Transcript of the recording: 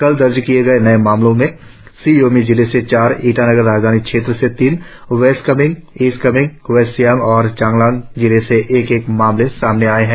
कल दर्ज किए गए नए मामलों में शी योमी जिले से चार ईटानगर राजधानी क्षेत्र से तीन west Kameng east Kameng west Siang और चांगलांग जिले से एक एक मामले शामिल है